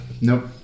Nope